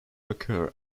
occur